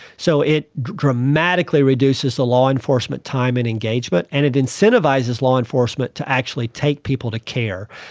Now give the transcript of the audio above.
so it dramatically reduces the law enforcement time in engagement, and it incentivises law enforcement to actually take people to care.